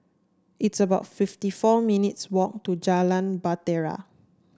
it's about fifty four minutes walk to Jalan Bahtera